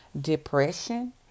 Depression